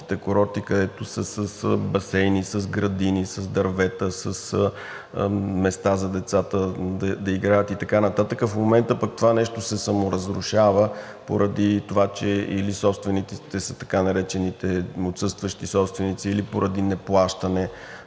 където са с басейни, с градини, с дървета, с места за децата да играят и т.н., в момента пък това нещо се саморазрушава, поради това че или собствениците са така наречените отсъстващи собственици, или поради неплащане,